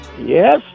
Yes